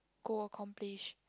go accomplish